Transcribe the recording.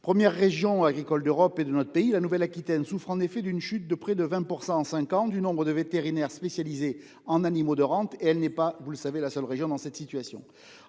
Première région agricole d'Europe et de France, la Nouvelle-Aquitaine souffre en effet d'une chute de près de 20 % en cinq ans du nombre de vétérinaires spécialisés en animaux de rente, et elle n'est pas la seule région dans cette situation.